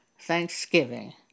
thanksgiving